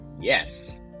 Yes